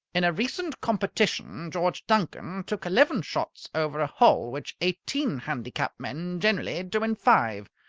in a recent competition george duncan took eleven shots over a hole which eighteen-handicap men generally do in five.